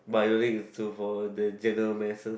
but I don't think is too for the general masses